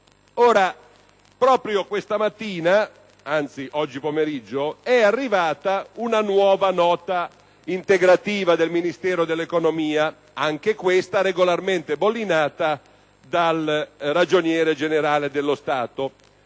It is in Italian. Proprio oggi pomeriggio, è arrivata una nuova Nota integrativa del Ministero dell'economia, anche questa regolarmente bollinata dal Ragioniere generale dello Stato,